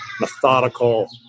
methodical